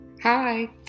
Hi